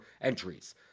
entries